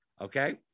okay